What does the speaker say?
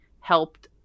helped